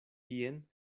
tien